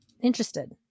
interested